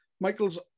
Michael's